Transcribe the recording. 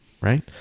right